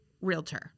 realtor